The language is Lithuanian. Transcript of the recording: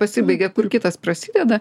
pasibaigia kur kitas prasideda